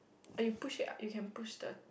uh you push it ah you can push the